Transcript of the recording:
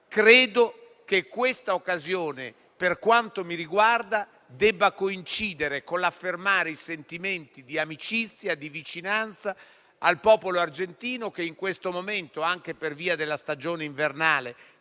Credo che questa occasione, per quanto mi riguarda, debba coincidere con l'affermare i sentimenti di amicizia e di vicinanza al popolo argentino, che in questo momento, anche per via della stagione invernale,